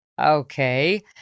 Okay